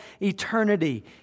eternity